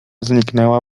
zniknęła